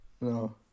No